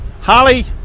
Holly